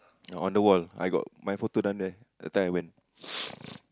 on the wall I got my photo down there that time I went